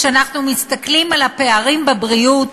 כשאנחנו מסתכלים על הפערים בבריאות